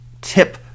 tip